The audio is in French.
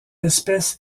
espèce